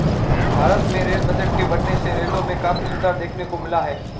भारत में rail budget के बढ़ने से रेलों में काफी सुधार देखने को मिला है